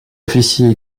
officie